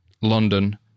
London